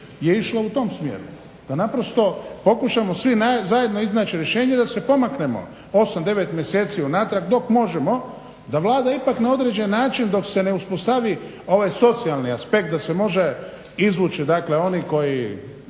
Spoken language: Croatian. je išla u tom smjeru, da naprosto pokušamo svi zajedno iznaći rješenje da se pomaknemo 8, 9 mjeseci unatrag dok možemo, da Vlada ipak na određen način dok se ne uspostavi ovaj socijalni aspekt da se može izvući, dakle oni koji